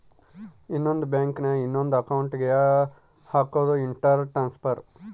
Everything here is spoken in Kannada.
ಇನ್ನೊಂದ್ ಬ್ಯಾಂಕ್ ನ ಇನೊಂದ್ ಅಕೌಂಟ್ ಗೆ ಹಕೋದು ಇಂಟರ್ ಟ್ರಾನ್ಸ್ಫರ್